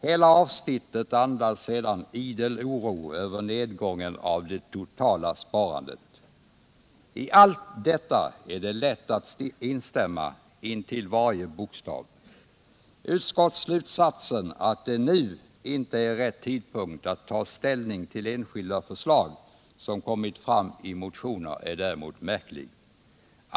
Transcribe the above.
Hela avsnittet andas sedan idel oro över nedgången i det totala sparandet. I allt detta är det lätt att instämma intill varje bokstav. Utskottsslutsatsen att det nu inte är rätt tidpunkt att ta ställning till enskilda förslag, som kommit fram i motioner, är däremot märklig.